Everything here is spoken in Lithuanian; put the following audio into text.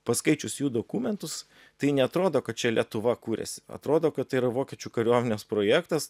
paskaičius jų dokumentus tai neatrodo kad čia lietuva kūrėsi atrodo kad tai yra vokiečių kariuomenės projektas